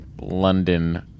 London